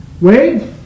Wade